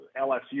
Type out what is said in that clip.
LSU